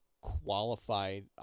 qualified